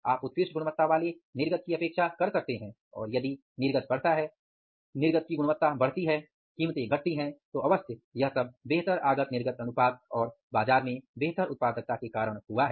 आप उत्कृष्ट गुणवत्ता वाले निर्गत की अपेक्षा कर सकते हैं और यदि निर्गत बढ़ता है निर्गत की गुणवत्ता बढ़ती है कीमत घटती है तो अवश्य यह सब बेहतर आगत निर्गत अनुपात और बाजार में बेहतर उत्पादकता के कारण हुआ है